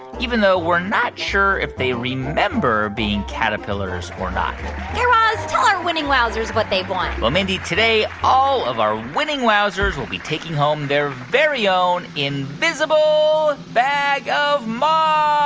even though we're not sure if they remember being caterpillars or not guy raz, tell our winning wowzers what they've won well, mindy, today all of our winning wowzers will be taking home their very own invisible bag of moths